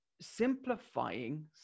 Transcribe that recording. simplifying